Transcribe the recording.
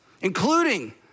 including